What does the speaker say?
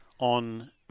On